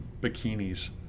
bikinis